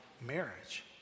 marriage